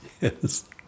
yes